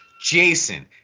Jason